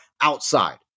outside